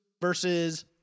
versus